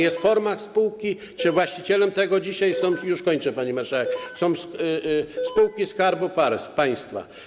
Jest forma spółki - właścicielami tego dzisiaj są - już kończę, pani marszałek - spółki Skarbu Państwa.